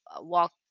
walk